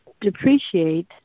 depreciate